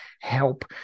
help